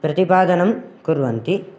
प्रतिपादनं कुर्वन्ति